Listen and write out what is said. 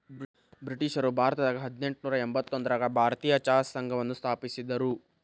ಬ್ರಿಟಿಷ್ರು ಭಾರತದಾಗ ಹದಿನೆಂಟನೂರ ಎಂಬತ್ತೊಂದರಾಗ ಭಾರತೇಯ ಚಹಾ ಸಂಘವನ್ನ ಸ್ಥಾಪಿಸಿದ್ರು